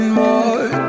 more